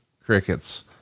Crickets